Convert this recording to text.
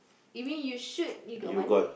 you mean you shoot you got money